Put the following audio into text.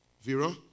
Vera